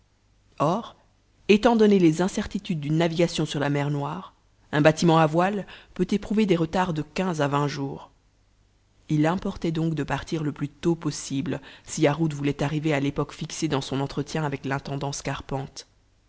or étant données les incertitudes d'une navigation sur la mer noire un bâtiment à voile peut éprouver des retards de quinze à vingt jours il importait donc de partir le plus tôt possible si yarhud voulait arriver à l'époque fixée dans son entretien avec l'intendant scarpante